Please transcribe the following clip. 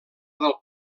del